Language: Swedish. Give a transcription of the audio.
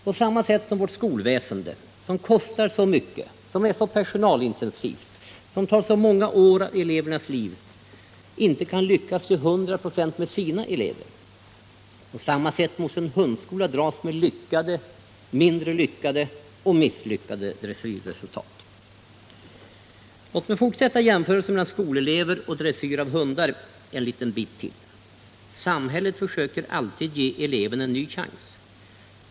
På samma sätt som vårt skolväsende, som kostar så mycket, som är så personalintensivt, som tar så många år av elevernas liv, ändå inte kan lyckas till hundra procent med sina elever, på samma sätt måste en hundskola dras med lyckade, mindre lyckade och misslyckade dressyrresultat. Låt mig fortsätta jämförelsen mellan undervisning av skolelever och dressyr av hundar en liten bit till. Samhället försöker alltid ge eleven en ny chans.